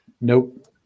Nope